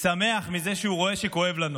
שמח מזה שהוא רואה שכואב לנו.